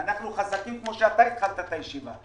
אנחנו חזקים כמו שאתה אמרת בפתח הישיבה.